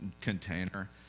container